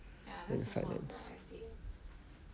ya this is also a variety